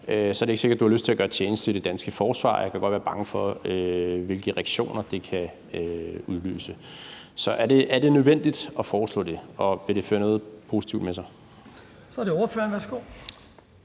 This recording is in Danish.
er det ikke sikkert, du har lyst til at gøre tjeneste i det danske forsvar. Jeg kan godt være bange for, hvilke reaktioner det kan udløse. Så er det nødvendigt at foreslå det? Og vil det føre noget positivt med sig? Kl. 15:25 Den fg.